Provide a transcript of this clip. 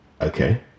okay